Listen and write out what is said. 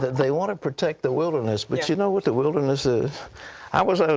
they want to protect the wilderness. but you know what the wilderness is i was